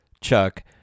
Chuck